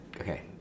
okay